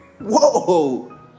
Whoa